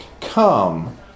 Come